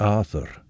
Arthur